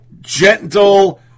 gentle